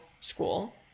school